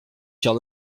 tire